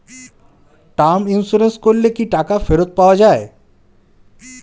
Term insurance করলে কি টাকা ফেরত পাওয়া যায়?